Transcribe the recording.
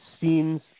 scenes